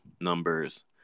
numbers